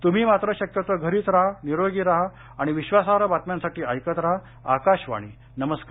तम्ही मात्र शक्यतो घरीच राहा निरोगी राहा आणि विश्वासाई बातम्यांसाठी ऐकत राहा आकाशवाणी नमस्कार